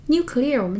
Nuclear